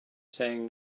saying